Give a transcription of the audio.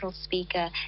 speaker